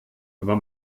aber